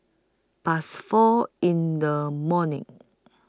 Past four in The morning